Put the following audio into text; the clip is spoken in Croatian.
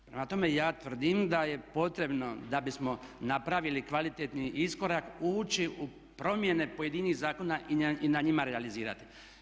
Prema tome, ja tvrdim da je potrebno da bismo napravili kvalitetni iskorak ući u promjene pojedinih zakona i na njima realizirati.